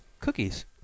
Cookies